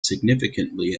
significantly